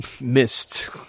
missed